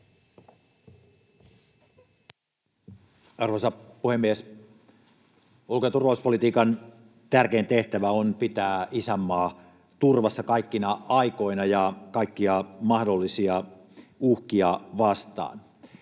Arvoisa puhemies! Ulko‑ ja turvallisuuspolitiikan tärkein tehtävä on pitää isänmaa turvassa kaikkina aikoina ja kaikkia mahdollisia uhkia vastaan.